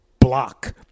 block